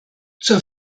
zur